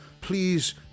Please